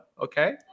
okay